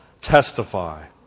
testify